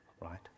right